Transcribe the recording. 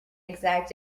exact